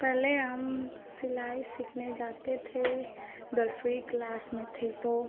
पहले हम सिलाई सीखने जाते थे दसवी क्लास में थे तो